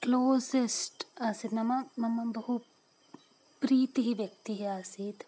closest आसीत् नाम मम बहु प्रीतिः व्यक्तिः आसीत्